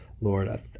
Lord